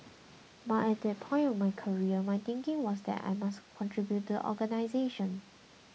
but at that point of my career my thinking was that I must contribute to the organisation